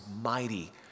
mighty